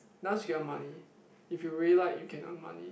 dance you can earn money if you really like you can earn money